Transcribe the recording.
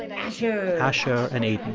and asher. asher and aidan.